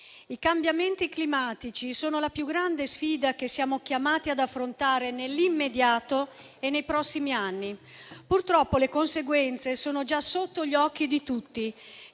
i cambiamenti climatici sono la più grande sfida che siamo chiamati ad affrontare nell'immediato e nei prossimi anni. Purtroppo le conseguenze sono già sotto gli occhi di tutti: